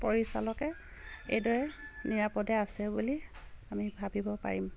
পৰিচালকে এইদৰে নিৰাপদে আছে বুলি আমি ভাবিব পাৰিম